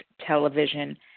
television